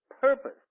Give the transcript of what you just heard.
purpose